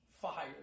fire